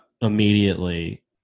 immediately